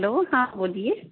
hello ہاں بولیے